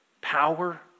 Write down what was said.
power